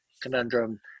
conundrum